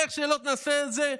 איך שלא שתנסה את זה,